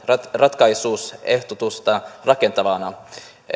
ratkaisuehdotusta rakentavana sitä